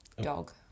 Dog